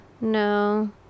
No